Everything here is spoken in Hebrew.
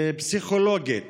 פסיכולוגית